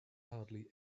hardly